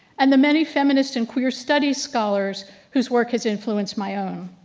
and the many feminist and queer studies scholars whose work has influenced my own.